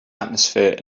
atmosphere